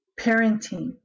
parenting